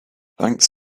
thanks